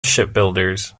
shipbuilders